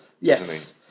yes